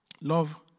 Love